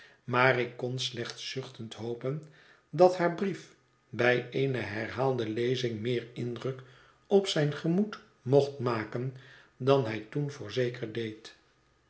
maar ik kon slechts zuchtend hopen dat haar brief bij eene herhaalde lezing meer indruk op zijn gemoed mocht maken dan hij toen voorzeker deed